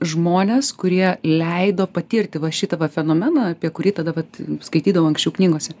žmonės kurie leido patirti va šitą va fenomeną apie kurį tada vat skaitydavau anksčiau knygose